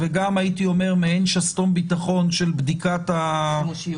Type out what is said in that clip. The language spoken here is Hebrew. וגם הייתי אומר מעין שסתום ביטחון של בדיקת השימושיות.